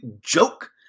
joke